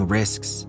risks